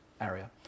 area